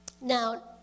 Now